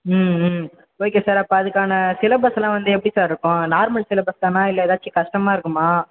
ம் hmm okay sir அப்போ அதற்கான சிலபஸ்லாம் வந்து எப்படி சார் இருக்கும் நார்மல் சிலபஸ் தானா இல்லை எதாச்சும் கஷ்டமாக இருக்குமா